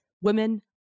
Women